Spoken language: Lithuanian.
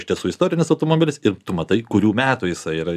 iš tiesų istorinis automobilis ir tu matai kurių metų jisai yra